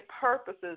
purposes